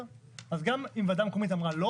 אז גם אם ועדה מקומית אמרה לא